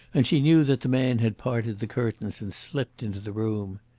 and she knew that the man had parted the curtains and slipped into the room.